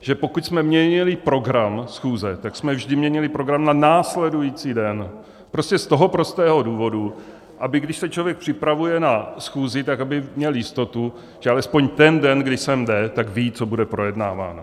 že pokud jsme měnili program schůze, tak jsme vždy měnili program na následující den prostě z toho prostého důvodu, když se člověk připravuje na schůzi, aby měl jistotu, že alespoň ten den, kdy sem jde, ví, co bude projednáváno.